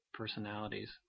personalities